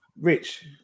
Rich